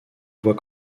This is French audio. voit